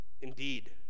indeed